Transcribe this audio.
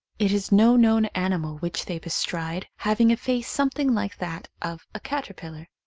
it is no known animal which they bestride, having a face something like that of a caterpillar.